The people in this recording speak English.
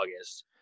August